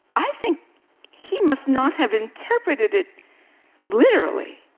i think he must not have interpreted it literally.